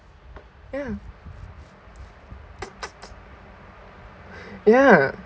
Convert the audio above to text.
ya ya